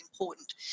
important